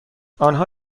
آنها